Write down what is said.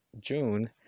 June